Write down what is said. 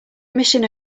mission